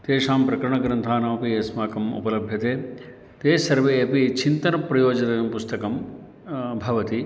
तेषां प्रकरणग्रन्थानमपि अस्माकम् उपलभ्यते ते सर्वे अपि चिन्तनप्रचोकं पुस्तकं भवति